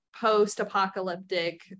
post-apocalyptic